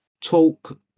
talk